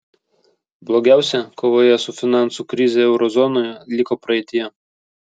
blogiausia kovoje su finansų krize euro zonoje liko praeityje